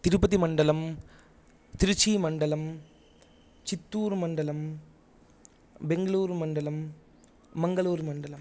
तिरुपतिमण्डलं त्रिचीमण्डलं चित्तूरुमण्डलं बेङ्गलूरुमण्डलं मङ्गलूरुमण्डलं